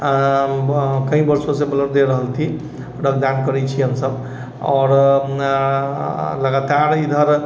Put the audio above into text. कइ वर्षोंसँ ब्लड दऽ रहल छी रक्त दान करै छिए हमसब आओर लगातार इधर